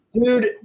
Dude